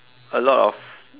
a lot of